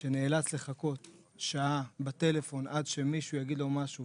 שנאלץ לחכות שעה בטלפון עד שמישהו יגיד לו משהו,